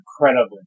incredible